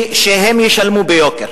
שהם ישלמו ביוקר.